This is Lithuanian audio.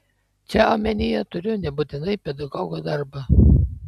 čia omenyje turiu nebūtinai pedagogo darbą